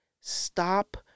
stop